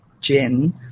gin